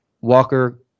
Walker